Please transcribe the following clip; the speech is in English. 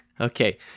Okay